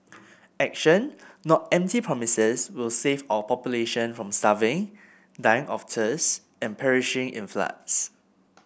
action not empty promises will save our populations from starving dying of thirst and perishing in floods